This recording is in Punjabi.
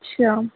ਅੱਛਾ